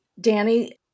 Danny